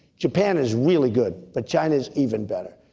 japan is really good, but china is even better.